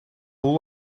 whole